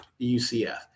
UCF